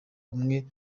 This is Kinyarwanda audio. ubumwe